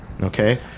Okay